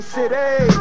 City